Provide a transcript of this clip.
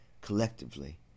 collectively